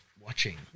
watching